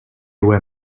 were